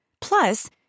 Plus